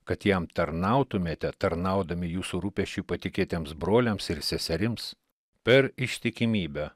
kad jam tarnautumėte tarnaudami jūsų rūpesčiui patikėtiems broliams ir seserims per ištikimybę